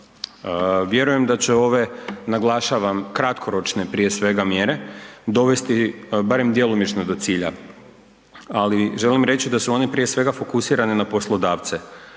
Vjerujem da će ove naglašavam kratkoročne prije svega mjere dovesti barem djelomično do cilja, ali želim reći da su one prije svega fokusirane na poslodavce.